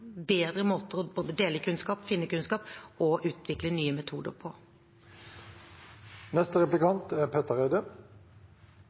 bedre måter å dele kunnskap, finne kunnskap og utvikle nye metoder på.